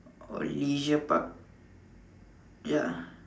or Leisure Park ya